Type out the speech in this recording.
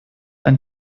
ein